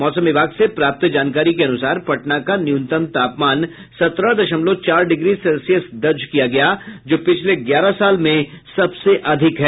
मौसम विभाग से प्राप्त जानकारी के अनुसार पटना का न्यूनतम तापमान सत्रह दशमलव चार डिग्री सेल्सियस दर्ज किया गया जो पिछले ग्यारह साल में सबसे अधिक है